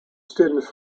students